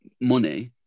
money